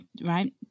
right